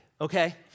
okay